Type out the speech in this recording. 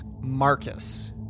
Marcus